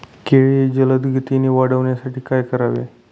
केळी जलदगतीने वाढण्यासाठी काय करावे?